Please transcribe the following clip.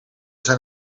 zijn